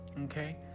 okay